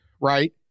right